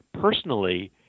personally